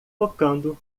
tocando